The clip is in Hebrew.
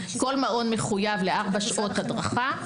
כל מעון מחויב לארבע שעות הדרכה,